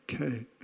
Okay